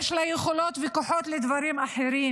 יש לה יכולות וכוחות לדברים אחרים.